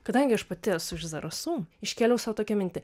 kadangi aš pati esu iš zarasų iškėliau sau tokią mintį